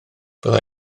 bydda